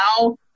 now